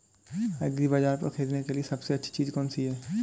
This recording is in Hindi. एग्रीबाज़ार पर खरीदने के लिए सबसे अच्छी चीज़ कौनसी है?